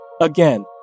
Again